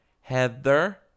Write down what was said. Heather